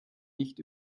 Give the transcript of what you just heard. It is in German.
nicht